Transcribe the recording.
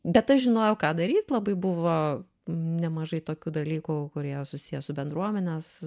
bet aš žinojau ką daryt labai buvo nemažai tokių dalykų kurie susiję su bendruomenės